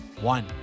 one